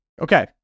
Okay